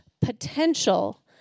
potential